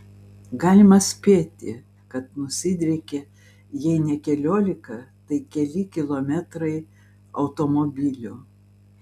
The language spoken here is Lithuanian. galima spėti kad nusidriekė jei ne keliolika tai keli kilometrai automobilių